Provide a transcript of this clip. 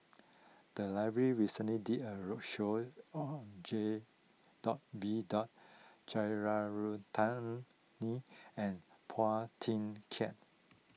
the library recently did a roadshow on J Dot B Dot Jeyaretnam Ni and Phua Thin Kiay